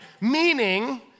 meaning